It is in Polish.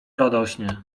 radośnie